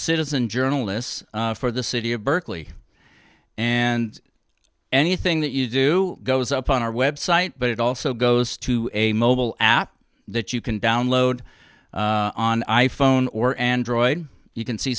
citizen journalists for the city of berkeley and anything that you do goes up on our website but it also goes to a mobile app that you can download on i phone or android you can see